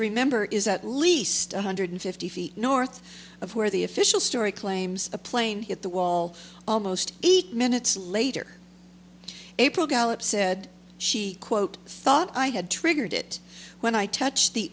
remember is at least one hundred fifty feet north of where the official story claims a plane hit the wall almost eight minutes later april gallop said she quote thought i had triggered it when i touched the